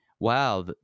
Wow